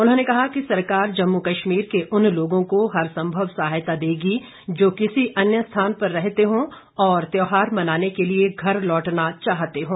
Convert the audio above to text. उन्होंने कहा कि सरकार जम्मू कश्मीर के उन लोगों को हर संभव सहायता देगी जो किसी अन्य स्थान पर रहते हों और त्यौहार मनाने के लिए घर लौटना चाहते हों